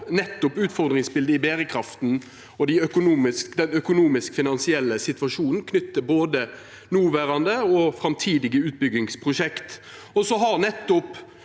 nettopp utfordringsbildet i berekrafta og den økonomisk-finansielle situasjonen knytt til både noverande og framtidige utbyggingsprosjekt. Så har nettopp